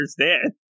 understand